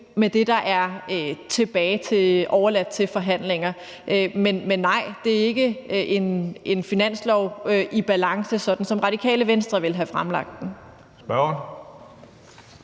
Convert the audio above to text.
med det, der er overladt til forhandlinger. Men nej, det er ikke en finanslov i balance, sådan som Radikale Venstre ville have fremlagt den.